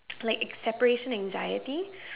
play a separation anxiety